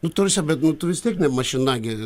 nu ta prasme bet nu tu vis tiek ne mašina gi